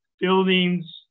buildings